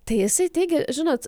tai jisai teigia žinot